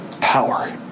Power